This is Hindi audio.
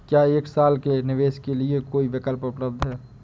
क्या एक साल के निवेश के लिए कोई विकल्प उपलब्ध है?